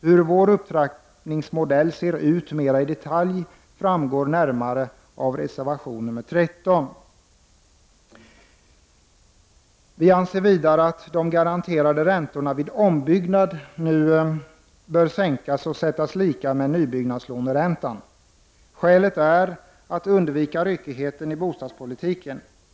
Hur vår upptrappningsmodell ser ut mer i detalj framgår närmare av reservation nr 13. Vi anser vidare att de garanterade räntorna vid ombyggnad nu bör sänkas och sättas lika med nybyggnadslåneräntan. Skälet är att undvika ryckigheten i bostadspolitiken.